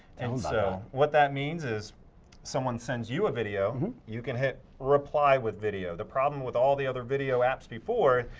and so what that means is someone sends you a video. you can hit reply with video. the problem with all the other video apps before,